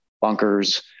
bunkers